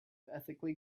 ethically